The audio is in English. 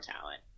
talent